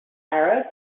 arab